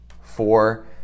Four